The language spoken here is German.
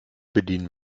bedienen